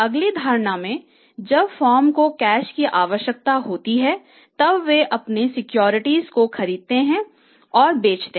अगली धारणा में जब फॉर्म को कैश की आवश्यकता होती है तब वे अपने सिक्योरिटी को खरीदते और बेचते हैं